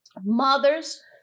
Mothers